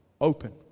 open